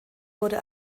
wurde